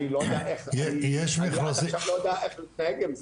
אני עד עכשיו לא יודע איך להתנהג עם זה.